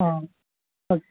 okay